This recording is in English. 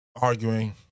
arguing